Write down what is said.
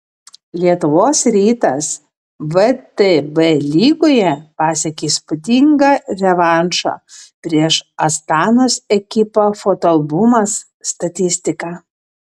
lietuvos rytas vtb lygoje pasiekė įspūdingą revanšą prieš astanos ekipą fotoalbumas statistika